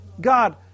God